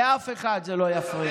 לאף אחד זה לא יפריע.